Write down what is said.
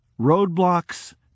Roadblocks